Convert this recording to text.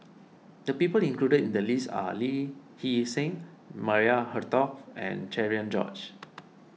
the people included in the list are Lee Hee Seng Maria Hertogh and Cherian George